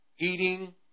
eating